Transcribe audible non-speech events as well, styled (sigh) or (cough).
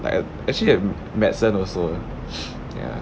like actually at medicine also (breath) ya